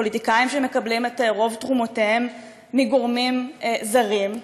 פוליטיקאים שמקבלים את רוב תרומותיהם מגורמים זרים?